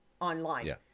online